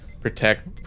protect